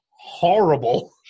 horrible